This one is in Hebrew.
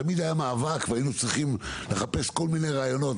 תמיד היה מאבק נכון והיינו צריכים לחפש כל מיני רעיונות,